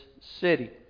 city